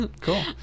cool